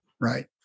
Right